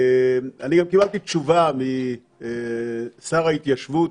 אני גם קיבלתי תשובה משר ההתיישבות,